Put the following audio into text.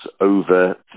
over